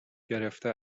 گرفته